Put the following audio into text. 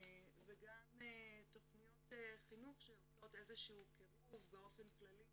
וגם תכניות חינוך שעושות איזה שהוא קירוב באופן כללי